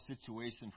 situation